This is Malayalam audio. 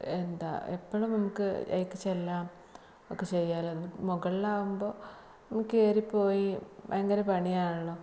എന്താണ് എപ്പോഴും നമുക്ക് അതിലേക്ക് ചെല്ലാം ഒക്കെ ചെയ്യാലോ മുകളിലാവുമ്പോൾ അങ്ങ് കയറി പോയി ഭയങ്കര പണിയാണല്ലോ